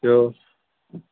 ॿियो